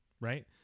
right